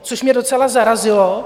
Což mě docela zarazilo...